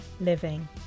living